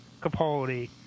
Capaldi